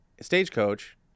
Stagecoach